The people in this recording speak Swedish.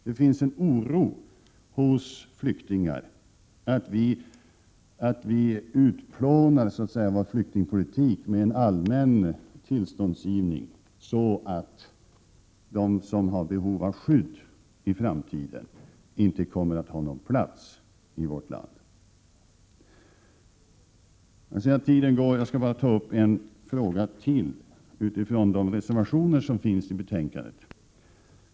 Det finns hos flyktingar en oro för att vi så att säga utplånar vår flyktingpolitik med en allmän tillståndsgivning, så att de som har behov av skydd i framtiden inte kommer att ha någon plats i vårt land. Jag skall ta upp ännu en fråga utifrån de reservationer som har fogats till betänkandet.